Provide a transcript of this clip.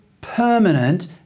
permanent